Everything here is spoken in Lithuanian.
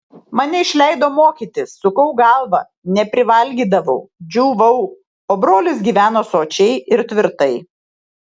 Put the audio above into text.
mane išleido mokytis sukau galvą neprivalgydavau džiūvau o brolis gyveno sočiai ir tvirtai